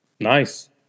Nice